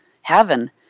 heaven